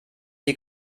die